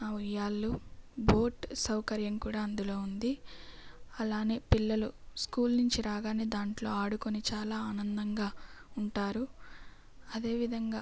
ఉయ్యాలలు బోట్ సౌకర్యం కూడా అందులో ఉంది అలానే పిల్లలు స్కూల్ నుంచి రాగానే దాంట్లో ఆడుకుని చాలా ఆనందంగా ఉంటారు అదేవిధంగా